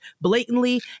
blatantly